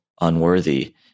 unworthy